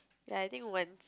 ya I think one